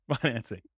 financing